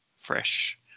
fresh